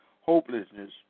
hopelessness